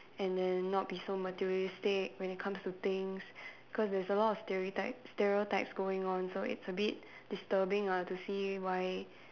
and then not be so materialistic when it comes to things cause there's a lot of stereotypes stereotypes going on so it's a bit disturbing ah to see why